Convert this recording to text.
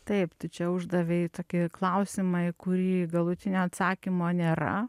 taip tu čia uždavei tokį klausimą į kurį galutinio atsakymo nėra